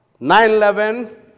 9/11